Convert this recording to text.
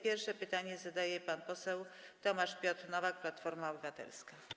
Pierwsze pytanie zadaje pan poseł Tomasz Piotr Nowak, Platforma Obywatelska.